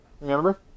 Remember